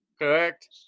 correct